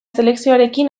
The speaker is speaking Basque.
selekzioarekin